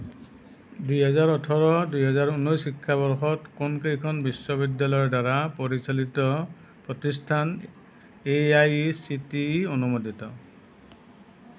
দুই হেজাৰ ওঠৰ দুই হেজাৰ উনৈছ শিক্ষাবৰ্ষত কোনকেইখন বিশ্ববিদ্যালয়ৰ দ্বাৰা পৰিচালিত প্ৰতিষ্ঠান এআইচিটিই অনুমোদিত